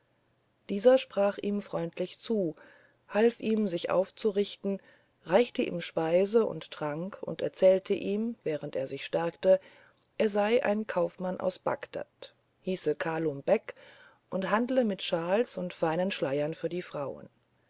dieser sprach ihm freundlich zu half ihm sich aufzurichten reichte ihm speise und trank und erzählte ihm während er sich stärkte er sei ein kaufmann aus bagdad heiße kalum beck und handle mit shawls und feinen schleiern für die frauen